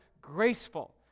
graceful